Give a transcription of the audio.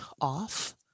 off